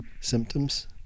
symptoms